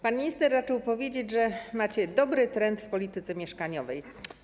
Pan minister raczył powiedzieć, że macie dobry trend w polityce mieszkaniowej.